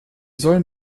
sollen